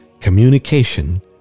Communication